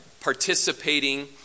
participating